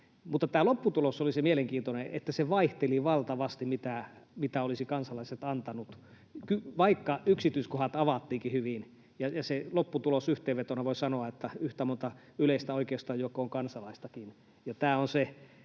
Mutta tämä lopputulos oli mielenkiintoinen, eli se, mitä kansalaiset olisivat antaneet, vaihteli valtavasti, vaikka yksityiskohdat avattiinkin hyvin. Sen lopputuloksen yhteenvetona voi sanoa, että on yhtä monta yleistä oikeustajua kuin on kansalaistakin.